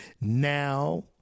Now